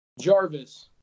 Jarvis